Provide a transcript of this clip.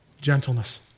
gentleness